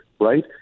right